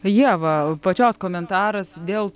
ieva pačios komentaras dėl